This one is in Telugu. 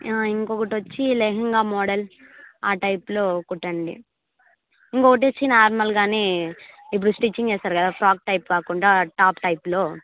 ఇంకొకటి వచ్చి లెహంగా మోడల్ ఆ టైప్లో కుట్టండి ఇంకొకటి వచ్చి నార్మల్గా ఇప్పుడు స్టిచ్చింగ్ చేస్తారు కదా ఫ్రాక్ టైప్ కాకుండా టాప్ టైప్లో